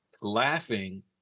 laughing